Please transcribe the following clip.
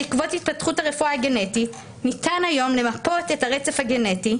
בעקבות התפתחות הרפואה הגנטית ניתן היום למפות את הרצף הגנטי,